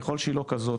ככל שהיא לא כזאת,